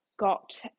got